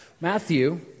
Matthew